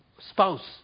spouse